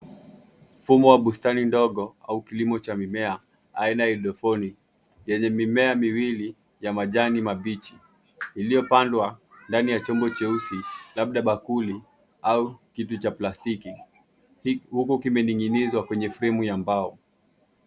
Mfumo wa bustani ndogo au kilimo cha mimea aina ya haidroponiki yenye mimea miwili ya majani mabichi iliyopandwa ndani ya chombo cheusi labda bakuli au kitu cha plastiki, huku kimening'inizwa kwenye fremu ya mbao.